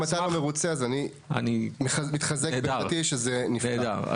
אם אתה מרוצה, אז אני מתחזק בעמדתי שזה נפלא.